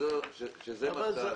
שזה מה שאתה עושה.